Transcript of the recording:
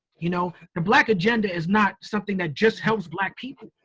you know, the black agenda is not something that just helps black people.